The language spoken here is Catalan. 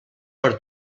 per